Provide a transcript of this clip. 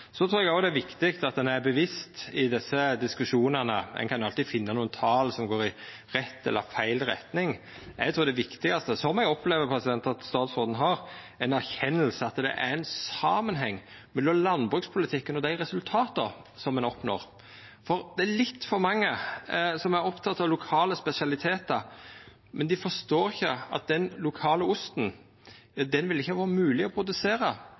Så trur eg òg det er viktig at ein er bevisst i desse diskusjonane. Ein kan alltid finna nokre tal som går i rett eller feil retning. Eg trur det viktigaste, som eg opplever at statsråden gjer, er at ein erkjenner at det er ein samanheng mellom landbrukspolitikken og dei resultata som ein oppnår. Det er litt for mange som er opptekne av lokale spesialitetar, men dei forstår ikkje at den lokale osten vil det ikkje ha vore mogleg å produsera